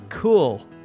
Cool